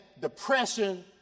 depression